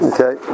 Okay